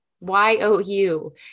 Y-O-U